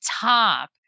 top